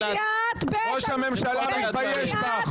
ראש הממשלה מתבייש בך.